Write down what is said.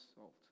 salt